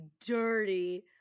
dirty